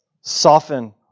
Soften